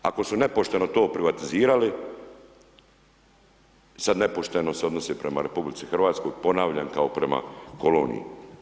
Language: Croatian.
Ako su nepošteno to privatizirali, sada nepošteno se odnosi prema HR, ponavljam kao prema koloniji.